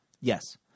Yes